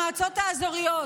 המועצות האזוריות,